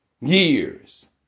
Years